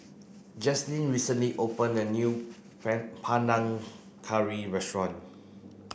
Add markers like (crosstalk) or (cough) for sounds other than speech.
Jaslyn recently opened a new (unintelligible) Panang Curry restaurant